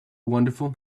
wonderful